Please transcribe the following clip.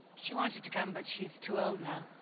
she wanted to come but she's too old now.